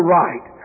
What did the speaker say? right